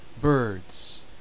birds